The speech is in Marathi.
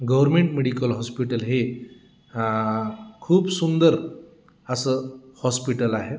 गव्हर्मेंट मेडिकल हॉस्पिटल हे खूप सुंदर असं हॉस्पिटल आहे